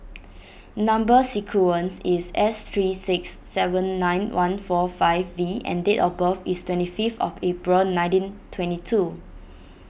Number Sequence is S three six seven nine one four five V and date of birth is twenty fifth of April nineteen twenty two